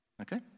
Okay